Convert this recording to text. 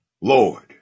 Lord